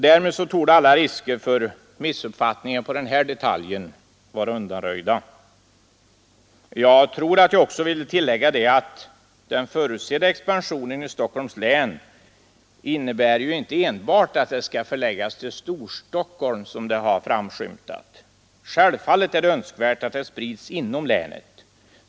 Därmed torde alla risker för missuppfattningar i fråga om denna detalj vara undanröjda. Jag vill också tillägga att den förutsedda expansionen i Stockholms län inte innebär att den enbart skall förläggas till Storstockholm, som det har framskymtat. Självfallet är det önskvärt att den sprids inom länet.